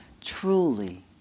truly